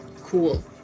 Cool